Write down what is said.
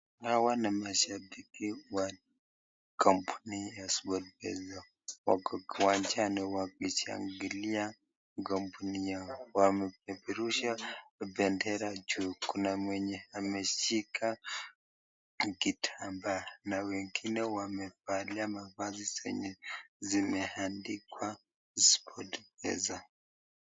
Hawa na mashabiki wa kampuni ya SportPesa. Wako kiwanjani wakishabikia kampuni yao. Wamepeperusha bendera juu. Kuna mwenye ameshika kitambaa na wengine wamevalia mavazi zenye imeandikwa ya SportPesa.